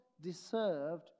deserved